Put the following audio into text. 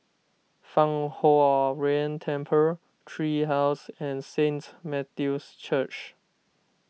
Fang Huo Yuan Temple Tree House and Saint Matthew's Church